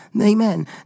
amen